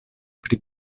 pri